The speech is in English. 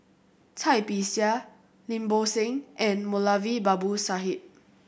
Cai Bixia Lim Bo Seng and Moulavi Babu Sahib